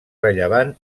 rellevant